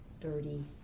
dirty